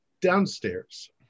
Downstairs